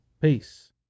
peace